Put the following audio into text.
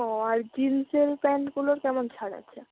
ও আর জিন্সের প্যান্টগুলোর কেমন ছাড় আছে